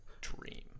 dream